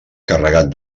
carregat